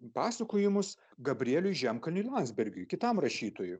pasakojimus gabrieliui žemkalniui landsbergiui kitam rašytojui